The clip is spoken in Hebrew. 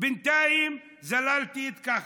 בינתיים זללתי את כחלון,